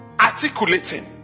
articulating